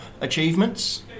achievements